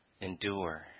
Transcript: Endure